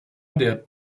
der